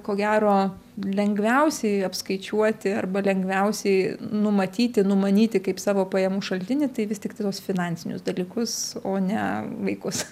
ko gero lengviausiai apskaičiuoti arba lengviausiai numatyti numanyti kaip savo pajamų šaltinį tai vis tiktai tuos finansinius dalykus o ne vaikus